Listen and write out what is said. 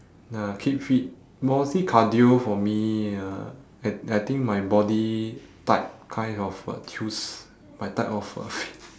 uh keep fit mostly cardio for me uh I I think my body type kind of uh my type of uh